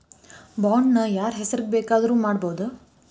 Bond ನ ಯಾರ್ಹೆಸ್ರಿಗ್ ಬೆಕಾದ್ರುಮಾಡ್ಬೊದು?